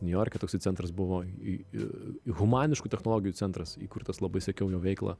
niujorke toksai centras buvo i humaniškų technologijų centras įkurtas labai sekiau jo veiklą